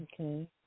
Okay